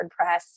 WordPress